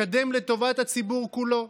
מקדם לטובת הציבור כולו,